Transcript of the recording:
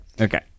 Okay